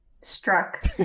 Struck